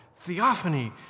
theophany